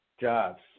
jobs